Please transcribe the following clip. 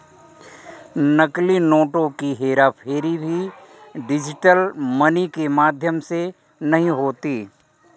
नकली नोटों की हेराफेरी भी डिजिटल मनी के माध्यम से नहीं होती